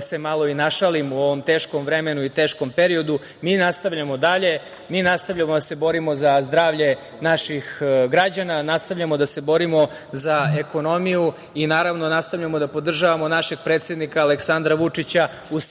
se malo i našalim u ovom teškom vremenu i teškom periodu. Mi nastavljamo dalje, nastavljamo da se borimo za zdravlje naših građana, nastavljamo da se borimo za ekonomiju i nastavljamo da podržavamo našeg predsednika Aleksandra Vučića u svemu